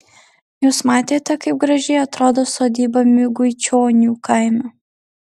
jūs matėte kaip gražiai atrodo sodyba miguičionių kaime